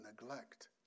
neglect